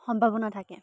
সম্ভাৱনা থাকে